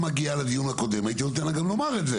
מגיעה לדיון הקודם הייתי נותן לה גם לומר את זה.